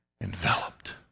enveloped